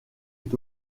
est